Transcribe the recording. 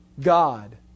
God